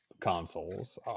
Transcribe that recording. consoles